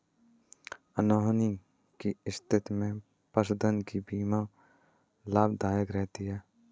अनहोनी की स्थिति में पशुधन की बीमा लाभदायक रहती है